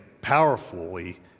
powerfully